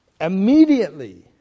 immediately